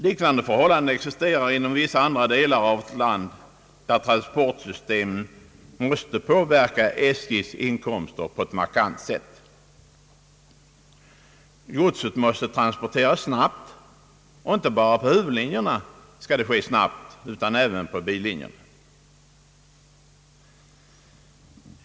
Liknande förhållanden existerar inom vissa andra delar av vårt land, där transportsystemet måste påverka SJ:s inkomster på ett markant sätt. Godset måste transporteras snabbt, inte bara på huvudlinjerna utan även på bilinjerna.